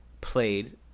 played